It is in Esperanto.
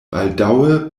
baldaŭe